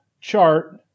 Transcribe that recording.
chart